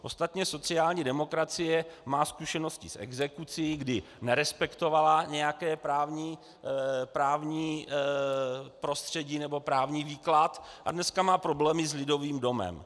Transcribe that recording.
Ostatně sociální demokracie má zkušenosti s exekucí, kdy nerespektovala nějaké právní prostředí nebo právní výklad a dnes má problémy s Lidovým domem.